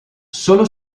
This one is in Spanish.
solo